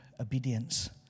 obedience